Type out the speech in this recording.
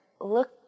look